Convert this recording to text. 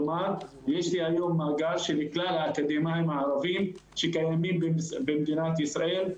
יש לי היום מאגר של כלל האקדמאים הערבים שקיימים במדינת בישראל.